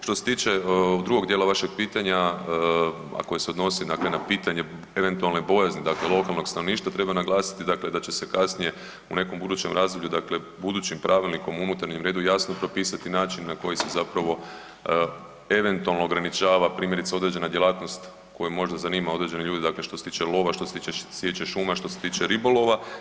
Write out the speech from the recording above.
Što se tiče drugog dijela vašeg pitanja, a koje se odnosi dakle na pitanje eventualne bojazni lokalnog stanovništva treba naglasiti dakle da će se kasnije u nekom budućem razvoju, dakle budućim pravilnikom o unutarnjem redu jasno pripisati način na koji se zapravo eventualno ograničava primjerice određena djelatnost koja možda zanima određene ljude, dakle što se tiče lova, što se sječe šuma, što se tiče ribolova.